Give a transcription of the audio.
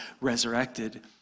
resurrected